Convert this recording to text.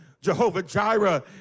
Jehovah-Jireh